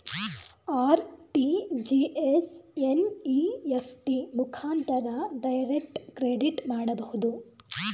RTGS, NEFT ಮುಖಾಂತರ direct credit ಮಾಡಬಹುದು